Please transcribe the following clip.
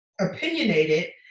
opinionated